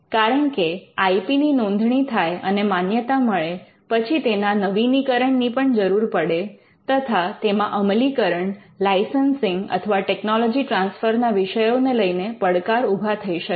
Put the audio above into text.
કારણકે I P ની નોંધણી થાય અને માન્યતા મળે પછી તેના નવીનીકરણ ની પણ જરૂર પડે તથા તેમાં અમલીકરણ લાઇસન્સિંગ અથવા ટેકનોલોજી ટ્રાન્સફર ના વિષયોને લઈને પડકાર ઊભા થઈ શકે